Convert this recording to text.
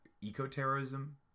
eco-terrorism